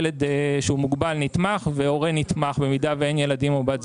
ילד שהוא מוגבל נתמך והורה נתמך במידה ואין ילדים או בת זוג.